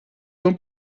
tão